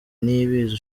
niyibizi